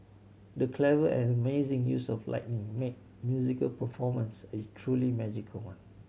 the clever and amazing use of lighting made the musical performance a truly magical one